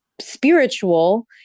spiritual